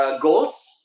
Goals